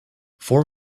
flour